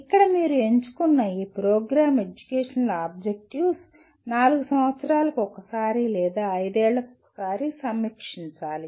ఇక్కడ మీరు ఎంచుకున్న ఈ ప్రోగ్రామ్ ఎడ్యుకేషనల్ ఆబ్జెక్టివ్స్ నాలుగు సంవత్సరాలకు ఒకసారి లేదా ఐదేళ్ళకు ఒకసారి సమీక్షించాలి